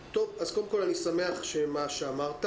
קודם כול אני שמח על מה שאמרת.